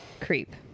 Creep